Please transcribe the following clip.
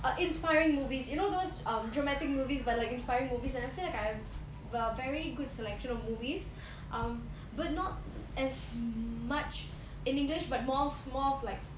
err inspiring movies you know those um dramatic movies but like inspiring movies and I feel like I've a very good selection of movies um but not as much in english but more more of like